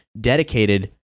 dedicated